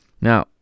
Now